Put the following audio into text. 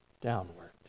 downward